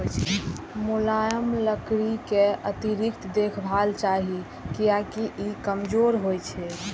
मुलायम लकड़ी कें अतिरिक्त देखभाल चाही, कियैकि ई कमजोर होइ छै